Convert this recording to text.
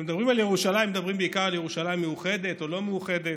כשמדברים על ירושלים מדברים בעיקר על ירושלים מאוחדת או לא מאוחדת.